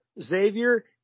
Xavier